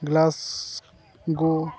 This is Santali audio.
ᱜᱞᱟᱥ ᱜᱳ